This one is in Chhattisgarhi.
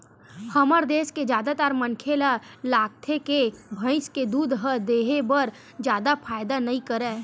हमर देस के जादातर मनखे ल लागथे के भइस के दूद ह देहे बर जादा फायदा नइ करय